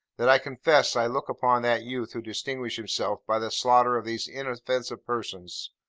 that i confess i look upon that youth who distinguished himself by the slaughter of these inoffensive persons,